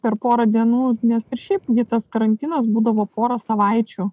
per porą dienų nes ir šiaip gi tas karantinas būdavo porą savaičių